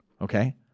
okay